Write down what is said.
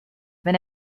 wenn